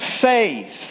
faith